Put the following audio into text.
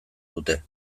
dute